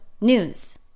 News